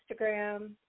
Instagram